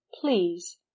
Please